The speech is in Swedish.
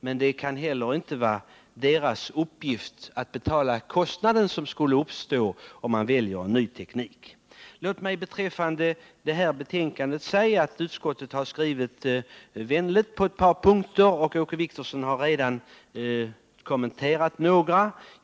Men det kan inte heller vara deras uppgift att betala den kostnad som skulle uppstå om man väljer en ny teknik. Låt mig beträffande utskottets betänkande säga att utskottet på ett par punkter har välvilliga skrivningar med anledning av väckta motioner. Åke Wictorsson har redan kommenterat några sådana skrivningar.